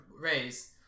raise